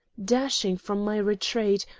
dashing from my retreat,